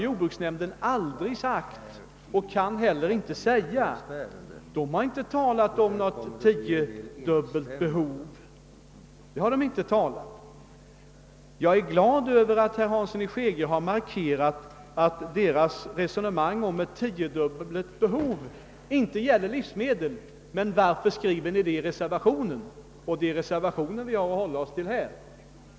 Jordbruksnämnden har aldrig sagt någonting sådant och kan heller inte göra det. Jag är glad över att herr Hansson i Skegrie här markerat att jordbruksnämndens resonemang om en tiodubbling av behovet inte gäller livsmedel. Men varför skriver ni då det i reservationen — det är ju reservationen vi nu har att hålla oss till?